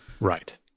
right